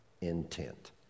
intent